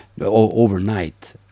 overnight